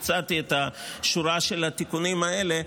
את השורה של התיקונים האלה,